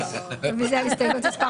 רוויזיה על הסתייגות מס'